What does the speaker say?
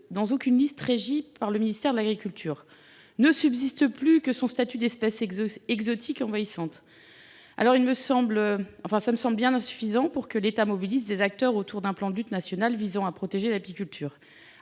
dans aucune liste régie par le ministère de l’agriculture. Ne subsiste plus que son statut d’espèce exotique envahissante, ce qui semble bien insuffisant, alors que l’État doit mobiliser des acteurs autour d’un plan de lutte nationale visant à protéger l’apiculture.